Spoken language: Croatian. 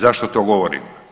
Zašto to govorim?